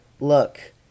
look